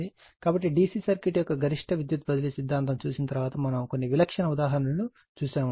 కాబట్టి D C circuit యొక్క గరిష్ట విద్యుత్ బదిలీ సిద్ధాంతం చూసిన తర్వాత మనం కొన్ని విలక్షణ ఉదాహరణలు చూశాము